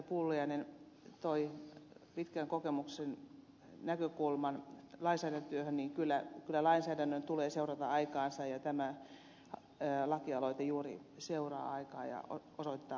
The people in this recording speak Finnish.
pulliainen toi pitkän kokemuksen näkökulman lainsäädäntötyöhön kyllä lainsäädännön tulee seurata aikaansa ja tämä lakialoite juuri seuraa aikaa ja osoittaa muutosta